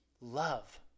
love